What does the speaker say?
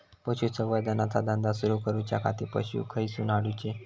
पशुसंवर्धन चा धंदा सुरू करूच्या खाती पशू खईसून हाडूचे?